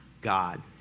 God